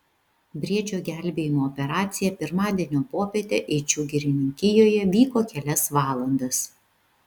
briedžio gelbėjimo operacija pirmadienio popietę eičių girininkijoje vyko kelias valandas